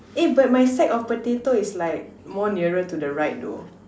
eh but my stack of potato is like more nearer to the right though